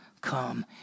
come